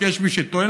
כי יש מי שטוען,